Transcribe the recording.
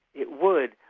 it would.